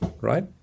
right